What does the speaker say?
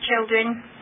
children